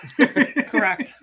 correct